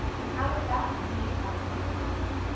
um and out of that came outside the lines.